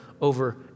over